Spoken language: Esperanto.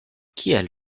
kiel